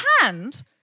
hand